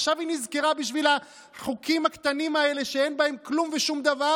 עכשיו היא נזכרה בשביל החוקים הקטנים האלה שאין בהם כלום ושום דבר?